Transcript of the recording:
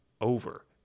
over